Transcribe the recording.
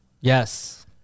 Yes